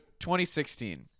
2016